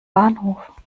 bahnhof